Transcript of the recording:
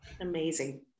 amazing